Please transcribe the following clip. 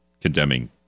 condemning